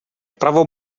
pravou